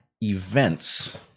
events